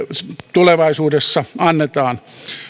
tulevaisuudessa annetaan